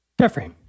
Jeffrey